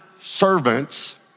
servants